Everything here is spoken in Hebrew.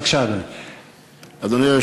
בבקשה, אדוני.